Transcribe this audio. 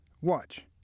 Watch